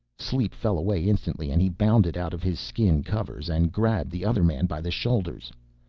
sleep fell away instantly and he bounded out of his skin covers and grabbed the other man by the shoulders.